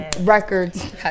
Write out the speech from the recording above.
records